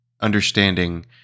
understanding